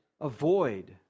avoid